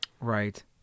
Right